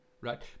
Right